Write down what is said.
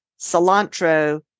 cilantro